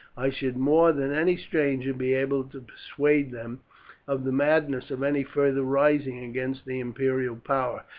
i should, more than any stranger, be able to persuade them of the madness of any further rising against the imperial power,